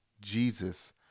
jesus